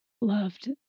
Loved